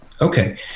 Okay